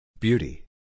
Beauty